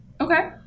Okay